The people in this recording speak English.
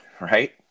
Right